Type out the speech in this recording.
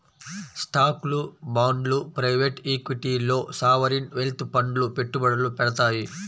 స్టాక్లు, బాండ్లు ప్రైవేట్ ఈక్విటీల్లో సావరీన్ వెల్త్ ఫండ్లు పెట్టుబడులు పెడతాయి